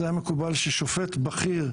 אז היה מקובל ששופט בכיר,